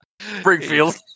Springfield